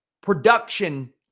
production